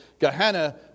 Gehenna